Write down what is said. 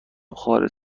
خارج